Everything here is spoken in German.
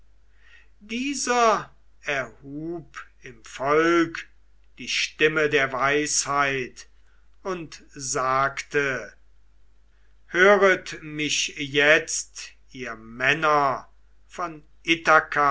dieser erhub im volk die stimme der weisheit und sagte höret mich jetzt ihr männer von